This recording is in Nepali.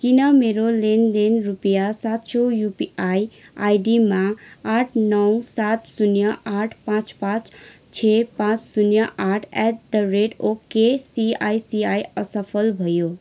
किन मेरो लेनदेन रुपियाँ सात सौ युपिआई आइडिमा आठ नौ सात शून्य आठ पाँच पाँच छ पाँच शून्य आठ at the rate okay C I C I असफल भयो